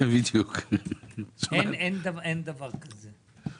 אין דבר כזה.